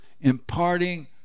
imparting